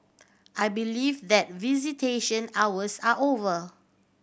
I believe that visitation hours are over